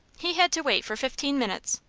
he had to wait for fifteen minutes.